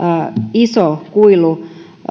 iso kuilu